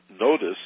notice